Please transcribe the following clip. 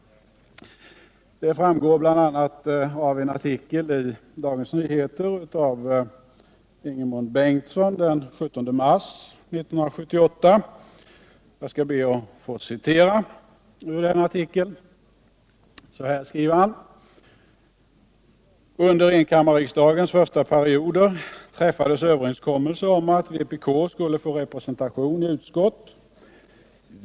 Det framgår bl.a. av en artikel av Ingemund Bengtsson i Dagens Nyheter den 17 mars i år. Jag skall be att få citera följande ur den artikeln: ”Under enkammarriksdagens första perioder träffades överenskommelser om att vpk skulle få representation i utskott.